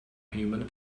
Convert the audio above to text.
human